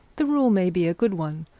the rule may be a good one,